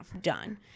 Done